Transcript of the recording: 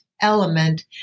element